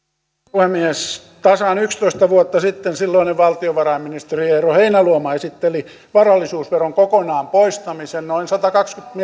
puhemies tasan yksitoista vuotta sitten silloinen valtiovarainministeri eero heinäluoma esitteli varallisuusveron kokonaan poistamisen noin satakaksikymmentä